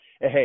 Hey